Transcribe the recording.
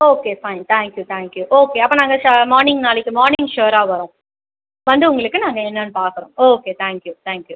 okay fine thank you thank you okay அப்போ நாங்கள் சா மார்னிங் நாளைக்கு மார்னிங் ஷோராக வரோம் வந்து உங்களுக்கு நாங்கள் என்னென்னு பார்க்குறோம் okay thank you thank you